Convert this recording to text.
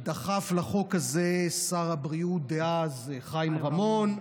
דחפו לחוק הזה שר הבריאות דאז חיים רמון,